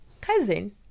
cousin